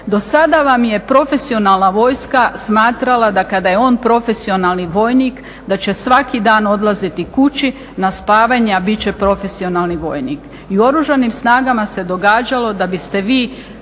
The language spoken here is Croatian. Do sada vam je profesionalna vojska smatrala da kada je on profesionalni vojnik da će svaki dan odlaziti kući na spavanje, a bit će profesionalni vojnik. I u Oružanim snagama se događalo da biste vi